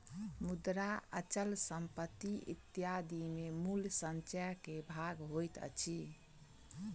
मुद्रा, अचल संपत्ति इत्यादि मूल्य संचय के भाग होइत अछि